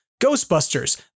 Ghostbusters